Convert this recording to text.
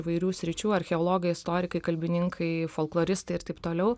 įvairių sričių archeologai istorikai kalbininkai folkloristai ir taip toliau